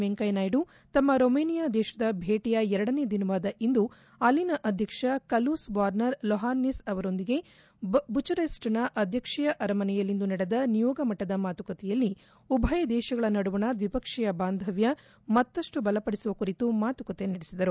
ವೆಂಕಯ್ಯನಾಯ್ದು ತಮ್ಮ ರೊಮಾನಿಯ ದೇಶದ ಭೇಟಿಯ ಎರಡನೇ ದಿನವಾದ ಇಂದು ಅಲ್ಲಿನ ಅಧ್ಯಕ್ಷ ಕಲೂಸ್ ವಾರ್ನರ್ ಲೋಹಾನ್ನಿಸ್ ಅವರೊಂದಿಗೆ ಬುಚರೆಸ್ಟ್ನ ಅಧ್ವಕ್ಷೀಯ ಅರಮನೆಯಲ್ಲಿಂದು ನಡೆದ ನಿಯೋಗ ಮಟ್ಟದ ಮಾತುಕತೆಯಲ್ಲಿ ಉಭಯ ದೇಶಗಳ ನಡುವಣ ದ್ವಿಪಕ್ಷೀಯ ಬಾಂಧವ್ಯ ಮತ್ತಪ್ಪು ಬಲಪಡಿಸುವ ಕುರಿತು ಮಾತುಕತೆ ನಡೆಸಿದರು